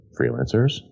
freelancers